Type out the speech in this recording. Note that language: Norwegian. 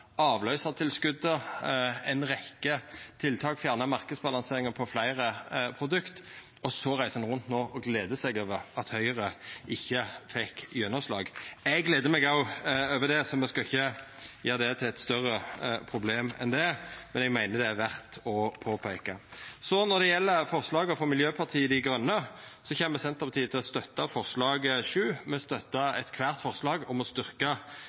tiltak, bl.a. å fjerna marknadsbalanseringa på fleire produkt – og så reiser ein no rundt og gler seg over at Høgre ikkje fekk gjennomslag. Eg gler meg òg over det, så me skal ikkje gjera det til eit større problem enn det er, men eg meiner det er verdt å påpeika. Når det gjeld forslaga frå Miljøpartiet Dei Grøne, kjem Senterpartiet til å støtta forslag nr. 7. Me støttar kvart forslag om å